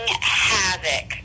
havoc